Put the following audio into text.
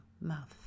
mouth